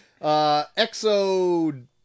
Exo